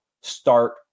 start